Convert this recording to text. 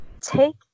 take